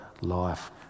Life